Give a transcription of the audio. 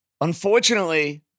unfortunately